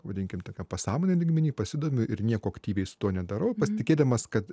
vadinkime t k pasąmonė lygmeny pasidomiu ir nieko aktyviai su tuo nedarau pasitikėdamas kad